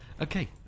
Okay